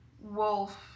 wolf